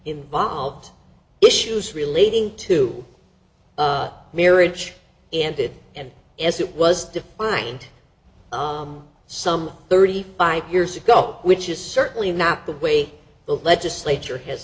involved issues relating to marriage ended and as it was defined some thirty five years ago which is certainly not the way the legislature has